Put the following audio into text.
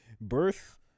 Birth